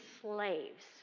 slaves